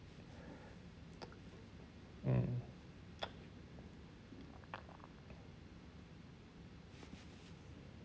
mm